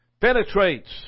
penetrates